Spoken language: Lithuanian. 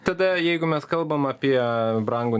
tada jeigu mes kalbam apie brangų